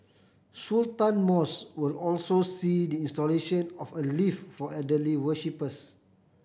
Sultan Mosque will also see the installation of a lift for elderly worshippers